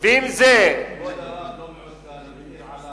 כבוד הרב לא מעודכן.